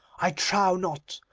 i trow not.